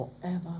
forever